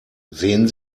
sehen